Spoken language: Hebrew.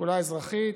כולה אזרחית,